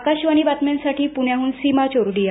आकाशवाणी बातम्यांसाठी पुण्याहून सीमा चोरडिया